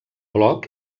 bloc